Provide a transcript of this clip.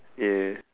yeah